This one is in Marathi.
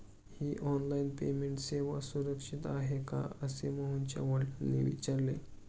ही ऑनलाइन पेमेंट सेवा सुरक्षित आहे का असे मोहनच्या वडिलांनी विचारले